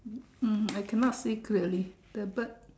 um I cannot see clearly the bird